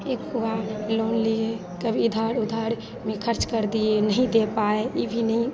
एक बार लोन लिए कभी इधर उधर में ख़र्च कर दिए नहीं दे पाए ये भी नहीं